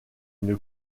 une